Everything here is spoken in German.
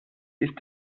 ist